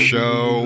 Show